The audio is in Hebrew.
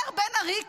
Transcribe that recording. אומר בן ארי,